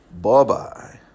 Bye-bye